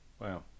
Wow